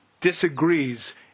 disagrees